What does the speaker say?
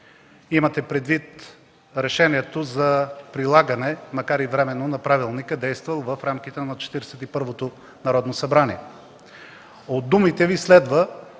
Имате предвид решението за прилагане, макар и временно, на Правилника, действал в рамките на Четиридесет и първото Народно събрание. От думите Ви следва,